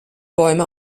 bäume